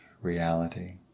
reality